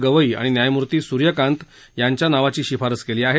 गवई आणि न्यायमूर्ती सूर्य कांत यांच्या नावाची शिफारस केली आहे